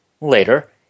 Later